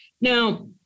Now